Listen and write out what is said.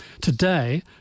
today